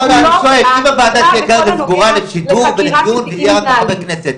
אני שואל: אם הוועדה תהיה סגורה לשידור ולציבור ויהיו רק חברי כנסת,